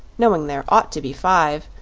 knowing there ought to be five,